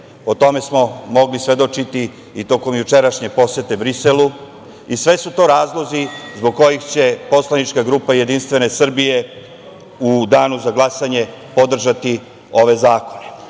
O tome smo mogli svedočiti i tokom jučerašnje posete Briselu i sve su to razlozi zbog kojih će poslanička grupa Jedinstvene Srbije u danu za glasanje podržati ove zakone. Da